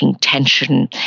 tension